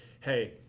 hey